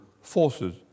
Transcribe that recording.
forces